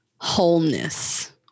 wholeness